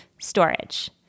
storage